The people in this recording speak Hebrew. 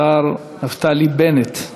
השר נפתלי בנט,